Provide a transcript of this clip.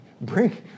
Bring